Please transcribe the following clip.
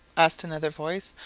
asked another voice,